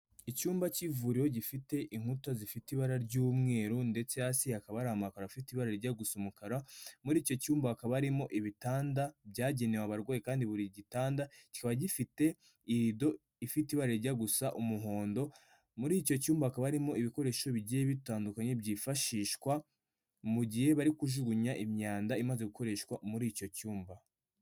Icyumba cy'ivuriro gifite inkuta zifite ibara ry'umweru ndetse hasi hakaba hari amakaro afite ibara rijya gusa umukara, muri icyo cyumba hakaba harimo ibitanda byagenewe abarwayi kandi buri gitanda kikaba gifite irido ifite ibara rijya gusa umuhondo, muri icyo cyumba hakaba harimo ibikoresho bigiye bitandukanye byifashishwa mu gihe bari kujugunya imyanda imaze gukoreshwa muri icyo cyumba.